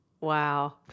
Wow